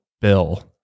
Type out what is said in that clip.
Bill